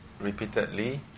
repeatedly